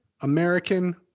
American